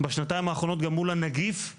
בשנתיים האחרונות גם מול הנגיף,